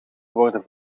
worden